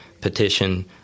petition